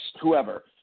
whoever